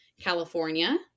California